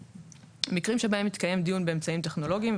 (1)מקרים שבהם יתקיים דיון באמצעים טכנולוגיים,